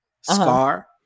Scar